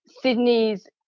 Sydney's